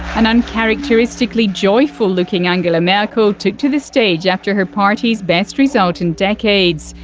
an uncharacteristically joyful looking angela merkel took to the stage after her party's best result in decades.